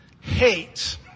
hate